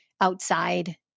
outside